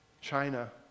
China